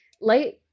light